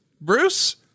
Bruce